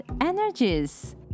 energies